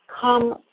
come